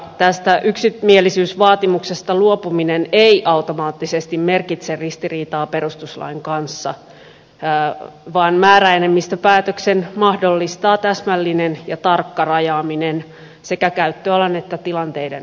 tästä yksimielisyysvaatimuksesta luopuminen ei automaattisesti merkitse ristiriitaa perustuslain kanssa vaan määräenemmistöpäätöksen mahdollistaa täsmällinen ja tarkka rajaaminen sekä käyttöalan että tilanteiden osalta